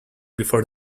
before